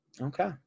Okay